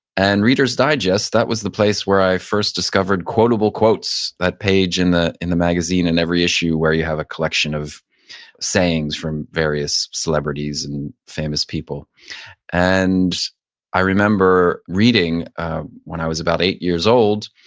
and reader's digest, that was the place where i first discovered quotable quotes. that page and in the magazine in every issue where you have a collection of sayings from various celebrities and famous people and i remember reading when i was about eight years old,